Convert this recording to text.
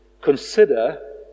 consider